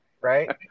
right